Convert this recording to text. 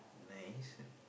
nice